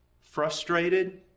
frustrated